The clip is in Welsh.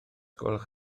gwelwch